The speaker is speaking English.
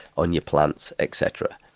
on your plants, etc.